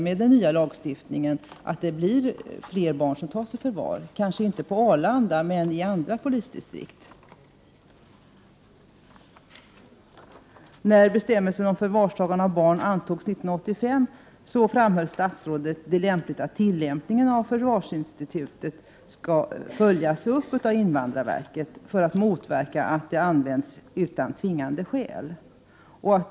Med den nya lagstiftningen finns det risk för att fler barn tas i förvar, kanske inte på Arlanda men i andra polisdistrikt. När bestämmelsen om förvarstagande av barn antogs 1985, framhöll statsrådet att det var lämpligt att tillämpningen av förvarsinstitutet följdes upp av invandrarverket för att motverka att det används utan tvingande skäl.